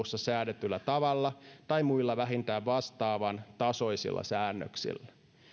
luvussa säädetyllä tavalla tai muilla vähintään vastaavan tasoisilla säännöksillä